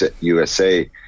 USA